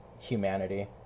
humanity